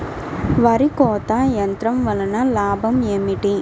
వరి కోత యంత్రం వలన లాభం ఏమిటి?